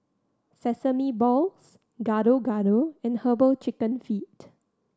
sesame balls Gado Gado and Herbal Chicken Feet